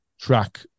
track